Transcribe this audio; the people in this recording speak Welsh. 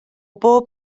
bob